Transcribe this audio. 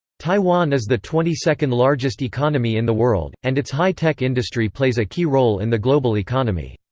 taiwan is the twenty second largest economy in the world, and its high-tech industry plays a key role in the global economy.